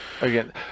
Again